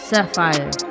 Sapphire